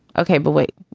ok, but wait,